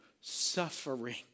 suffering